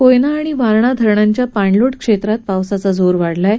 कोयना आणि वारणा धरणाच्या पाणलोट क्षेत्रात पावसाचा जोर वाढला आहे